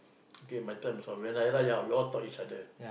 okay my turn so ya lah ya lah ya we all talk each other